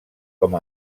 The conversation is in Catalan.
com